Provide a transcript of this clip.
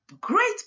Great